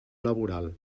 laboral